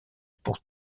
pour